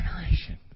generation